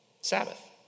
Sabbath